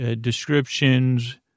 descriptions